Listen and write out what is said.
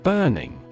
Burning